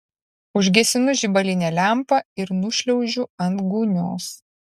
užgesinu žibalinę lempą ir nušliaužiu ant gūnios